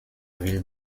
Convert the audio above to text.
ville